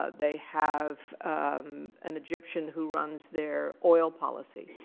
ah they have an egyptian who runs their oil policy.